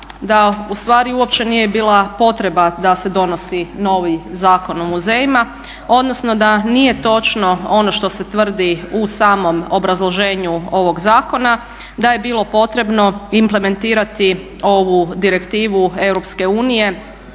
da ustvari uopće nije bila potreba da se donosi novi Zakon o muzejima odnosno da nije točno ono što se tvrdi u samom obrazloženju ovog zakona da je bilo potrebno implementirati ovu direktivu EU